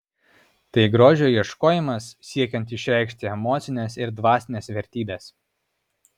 tai grožio ieškojimas siekiant išreikšti emocines ir dvasines vertybes